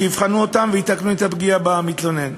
שיבחנו אותן ויתקנו את הפגיעה במתלונן.